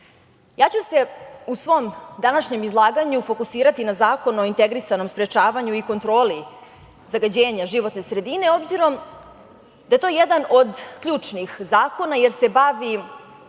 ću se u svom današnjem izlaganju fokusirati na Zakon o integrisanom sprečavanju i kontroli zagađenja životne sredine, obzirom da je to jedan od ključnih zakona jer se bavi